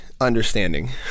understanding